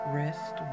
rest